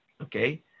Okay